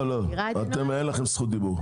לא, לא, אין לכם זכות דיבור.